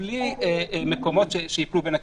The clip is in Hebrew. בלי מקומות שייפלו בין הכיסאות.